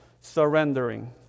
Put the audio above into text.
surrendering